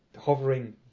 hovering